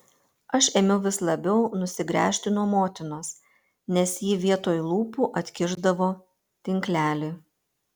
aš ėmiau vis labiau nusigręžti nuo motinos nes ji vietoj lūpų atkišdavo tinklelį